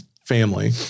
family